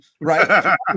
right